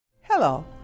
Hello